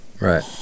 Right